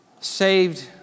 saved